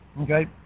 okay